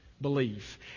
belief